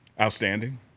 outstanding